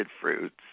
fruits